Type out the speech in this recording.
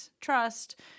trust